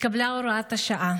התקבלה הוראת שעה